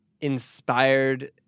inspired